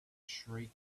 shriek